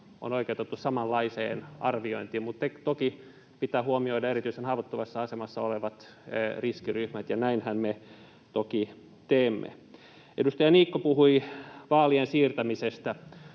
on oikeutettu samanlaiseen arviointiin, mutta toki pitää huomioida erityisen haavoittuvassa asemassa olevat riskiryhmät, ja näinhän me toki teemme. Edustaja Niikko puhui vaalien siirtämisestä.